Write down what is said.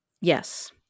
Yes